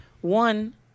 one